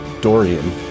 Dorian